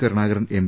Karunakaran M